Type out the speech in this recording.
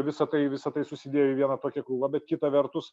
visa tai visa tai susidėjo į vieną tokią krūvą bet kita vertus